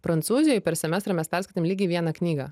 prancūzijoj per semestrą mes perskaitėm lygiai vieną knygą